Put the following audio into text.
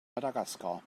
madagaskar